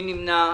מי נמנע?